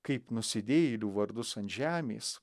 kaip nusidėjėlių vardus ant žemės